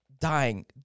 dying